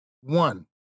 one